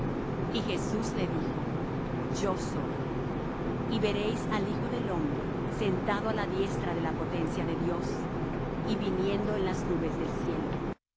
y jesús le dijo yo soy y veréis al hijo del hombre sentado á la diestra de la potencia de dios y viniendo en las nubes del cielo